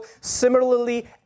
similarly